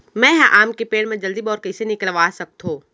मैं ह आम के पेड़ मा जलदी बौर कइसे निकलवा सकथो?